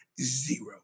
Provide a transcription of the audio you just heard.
zero